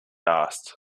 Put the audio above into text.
asked